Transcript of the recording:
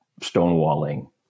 stonewalling